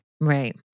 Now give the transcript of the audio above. Right